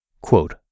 Quote